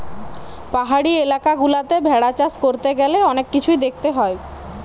পাহাড়ি এলাকা গুলাতে ভেড়া চাষ করতে গ্যালে অনেক কিছুই দেখতে হয়